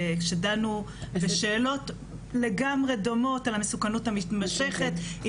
אלה שאלות לגמרי דומות על המסוכנות המתמשכת.